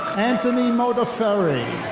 anthony modaferri.